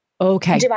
Okay